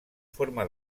forma